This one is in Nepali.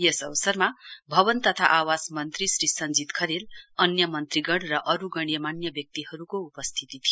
यस अवसरमा भवन तथा आवास मन्त्री सञ्जीत खरेल अन्य मन्त्रीगण र अरु गण्यमान्य व्यक्तिहरुको उपस्थिती थियो